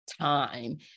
time